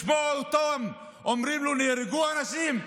לשמוע אותם אומרים לו שנהרגו אנשים?